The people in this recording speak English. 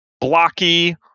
blocky